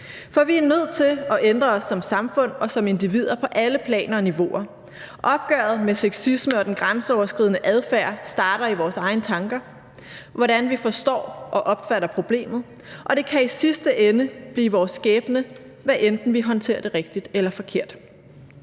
For vi er nødt til at ændre os som samfund og som individer på alle planer og niveauer. Opgøret med sexisme og den grænseoverskridende adfærd starter i vores egne tanker, hvordan vi forstår og opfatter problemet, og det kan i sidste ende blive vores skæbne, hvad enten vi håndterer det rigtigt eller forkert.